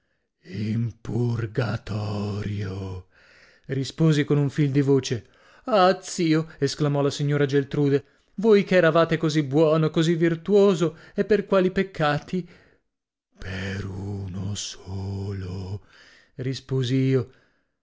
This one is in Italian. cuoco in purgatorio risposi con un fil di voce ah zio esclamò la signora geltrude voi che eravate così buono così virtuoso e per quali peccati per uno solo risposi io